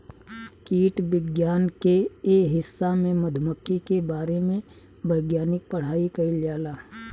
कीट विज्ञान के ए हिस्सा में मधुमक्खी के बारे वैज्ञानिक पढ़ाई कईल जाला